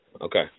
Okay